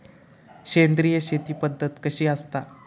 सेंद्रिय शेती पद्धत कशी असता?